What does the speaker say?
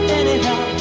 anyhow